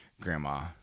grandma